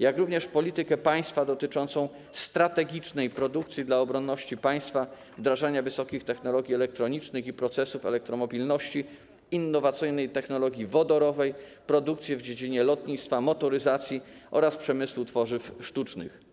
jak również politykę państwa dotyczącą strategicznej produkcji dla obronności państwa, wdrażania wysokich technologii elektronicznych i procesów elektromobilności, innowacyjnej technologii wodorowej, produkcji w dziedzinie lotnictwa, motoryzacji oraz przemysłu tworzyw sztucznych.